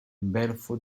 barefoot